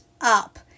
up